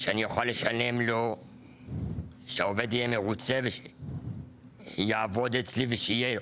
שאני אוכל לשלם לו שהעובד יהיה מרוצה ושיעבוד אצלי ושיהיה